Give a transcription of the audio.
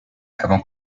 avant